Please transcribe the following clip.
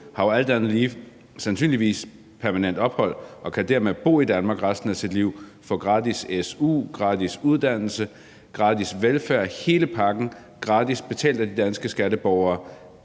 har jo alt andet lige sandsynligvis permanent ophold og kan dermed bo i Danmark resten af sit liv og få gratis su, gratis uddannelse, gratis velfærd, altså hele pakken gratis betalt af de danske skatteborgere.